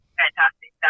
fantastic